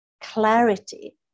clarity